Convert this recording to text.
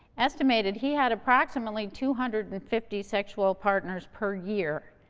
estimated he had approximately two hundred and fifty sexual partners per year,